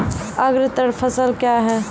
अग्रतर फसल क्या हैं?